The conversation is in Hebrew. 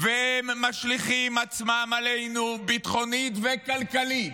והם משליכים עצמם עלינו ביטחונית וכלכלית